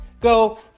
go